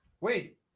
Wait